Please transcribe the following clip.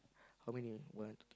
how many one